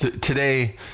Today